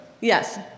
Yes